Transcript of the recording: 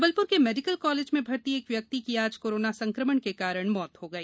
जबलपुर के medical college में भर्ती एक व्यक्ति की आज कोरोना संकमण के कारण मौत हो गई